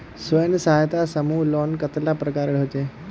स्वयं सहायता समूह लोन कतेला प्रकारेर होचे?